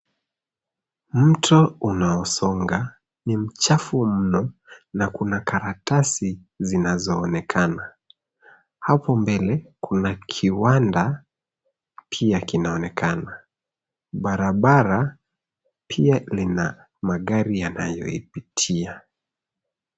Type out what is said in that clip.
Mto unaosonga ni mchafu mno na kuna karatasi zinazoonekana. Hapo mbele, kuna kiwanda pia kinaonekana. Barabara pia lina magari yanayoipitia.